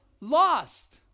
lost